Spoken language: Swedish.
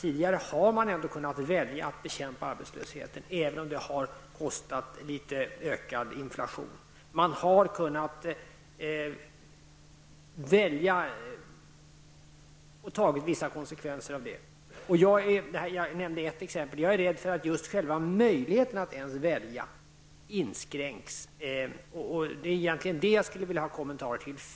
Tidigare har man ändå kunnat välja att bekämpa arbetslösheten även om det har kostat litet i form av ökad inflation. Man har kunnat välja och ta vissa konsekvenser av det. Jag nämnde ett exempel. Jag är rädd för att just själva möjligheten att välja inskränks. Det är egentligen det som jag skulle vilja ha kommentarer till.